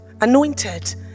anointed